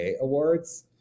awards